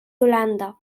holanda